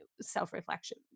self-reflection